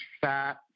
fat